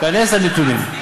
תיכנס לנתונים.